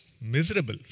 miserable